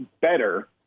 better